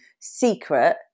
secret